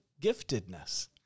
giftedness